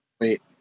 wait